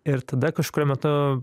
ir tada kažkuriuo metu